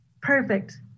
Perfect